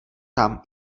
tam